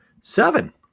Seven